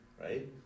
right